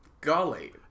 Golly